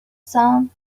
song